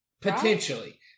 Potentially